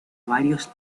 varios